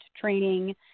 training